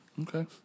Okay